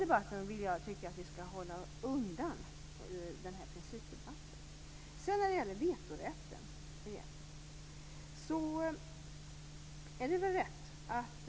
Det gör att det är betydelsefullt att den här utvecklingen får möjlighet att fortsätta.